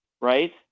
right